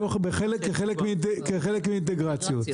כחלק מאינטגרציות.